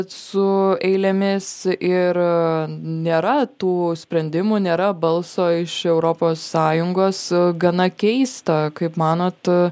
su eilėmis ir nėra tų sprendimų nėra balso iš europos sąjungos gana keista kaip manot